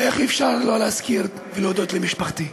ואיך אפשר לא להזכיר ולהודות למשפחתי.